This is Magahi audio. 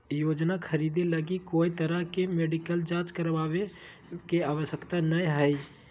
योजना खरीदे लगी कोय तरह के मेडिकल जांच करावे के आवश्यकता नयय हइ